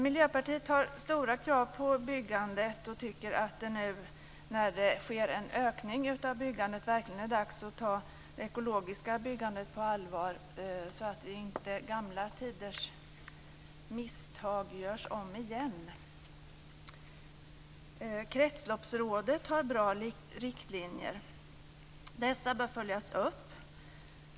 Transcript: Miljöpartiet har stora krav på byggandet och tycker att det verkligen är dags att ta det ekologiska byggandet på allvar nu när det sker en ökning av byggande så att inte gamla tiders misstag görs om igen. Kretsloppsrådet har bra riktlinjer. Dessa bör följas upp.